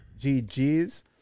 GG's